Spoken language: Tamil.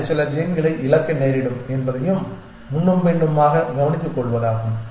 இது சில ஜீன்களை இழக்க நேரிடும் என்பதையும் முன்னும் பின்னுமாக கவனித்துக் கொள்வதாகும்